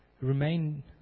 remain